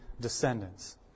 Descendants